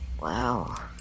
Wow